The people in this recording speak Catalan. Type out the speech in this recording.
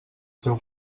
seu